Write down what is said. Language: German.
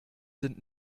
sind